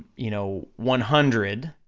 you know, one hundred,